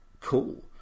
cool